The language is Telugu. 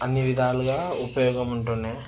అన్ని విధాలుగా ఉపయోగం ఉండేది